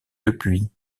depuis